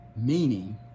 Meaning